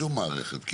בשום מערכת.